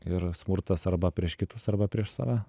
ir smurtas arba prieš kitus arba prieš save